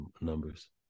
numbers